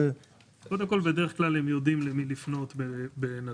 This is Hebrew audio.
קודם כל בדרך כלל הם יודעים למי לפנות בנתב"ג.